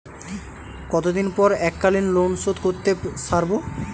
কতদিন পর এককালিন লোনশোধ করতে সারব?